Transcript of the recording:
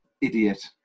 idiot